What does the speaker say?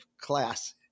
class